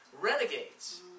renegades